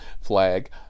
Flag